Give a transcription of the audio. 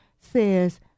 says